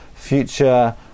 future